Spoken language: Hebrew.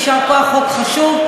יישר כוח, חוק חשוב.